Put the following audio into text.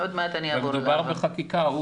מדובר בחקיקה,